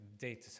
data